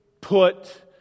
put